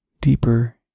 deeper